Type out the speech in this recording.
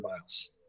miles